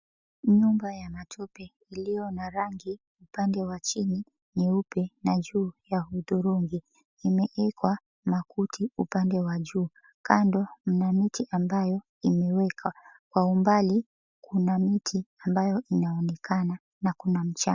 Nyumba ya matope iliyo na rangi upande wa chini nyeupe na juu ya hudhurungi. Imeekwa makuti upande wa juu. Kando mna miti ambayo imewekwa. Kwa umbali kuna miti ambayo inaonekana na kuna mcha.